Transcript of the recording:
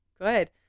good